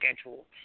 schedule